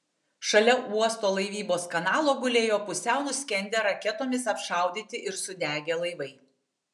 šalia uosto laivybos kanalo gulėjo pusiau nuskendę raketomis apšaudyti ir sudegę laivai